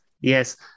Yes